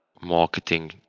marketing